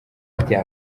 bya